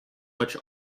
which